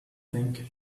think